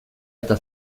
eta